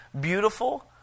beautiful